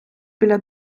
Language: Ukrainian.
біля